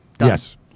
Yes